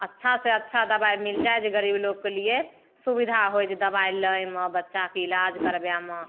अच्छा से अच्छा दबाइ मिल जाए जे गरीब लोकके लिए सुबिधा होय जे दबाइ लैमे बच्चाके इलाज करबैमे